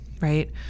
right